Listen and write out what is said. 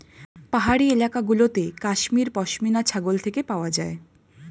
পাহাড়ি এলাকা গুলোতে কাশ্মীর পশমিনা ছাগল থেকে পাওয়া যায়